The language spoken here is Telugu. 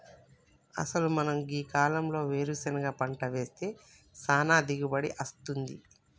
అసలు మనం గీ కాలంలో వేరుసెనగ పంట వేస్తే సానా దిగుబడి అస్తుంది